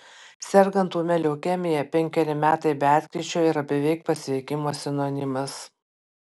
sergant ūmia leukemija penkeri metai be atkryčio yra beveik pasveikimo sinonimas